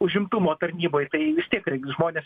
užimtumo tarnyboj tai ji vis tiek žmonės